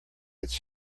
its